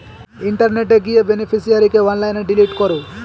ইন্টারনেটে গিয়ে বেনিফিশিয়ারিকে অনলাইনে ডিলিট করো